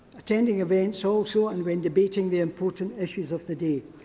attending events also and when debating the important issues of the day.